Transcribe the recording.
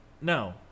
No